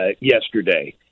yesterday